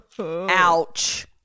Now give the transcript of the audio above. Ouch